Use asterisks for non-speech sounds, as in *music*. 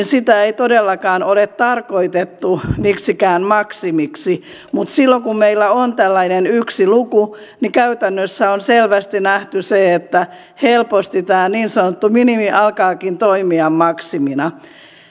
*unintelligible* sitä ei todellakaan ole tarkoitettu miksikään maksimiksi mutta silloin kun meillä on tällainen yksi luku niin käytännössä on selvästi nähty se että helposti niin sanottu minimi alkaakin toimia maksimina